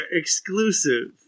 exclusive